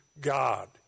god